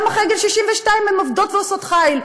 גם אחרי גיל 62 הן עובדות ועושות חיל.